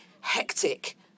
hectic